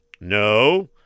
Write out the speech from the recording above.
No